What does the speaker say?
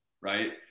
right